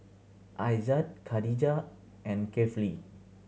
Aizat Khadija and Kefli